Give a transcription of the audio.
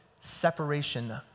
separation